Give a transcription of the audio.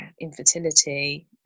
infertility